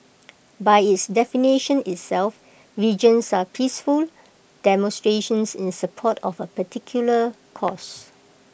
by its definition itself vigils are peaceful demonstrations in support of A particular cause